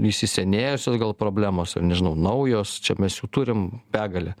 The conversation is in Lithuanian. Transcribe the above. įsisenėjusios gal problemos ar nežinau naujos čia mes jų turim begalę